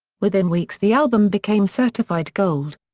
within weeks the album became certified gold.